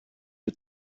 you